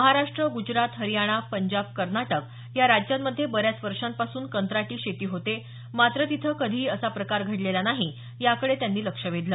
महाराष्ट्र गुजरात हरयाणा पंजाब कर्नाटक या राज्यांमधे बऱ्याच वर्षांपासून कंत्राटी शेती होते मात्र तिथं कधीही असा प्रकार घडलेला नाही याकडे त्यांनी लक्ष वेधल